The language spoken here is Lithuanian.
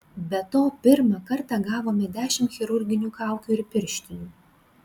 be to pirmą kartą gavome dešimt chirurginių kaukių ir pirštinių